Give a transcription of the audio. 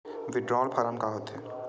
withdrawal form का होथेय